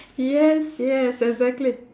yes yes exactly